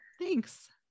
Thanks